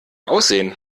aussehen